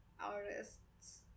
artists